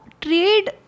trade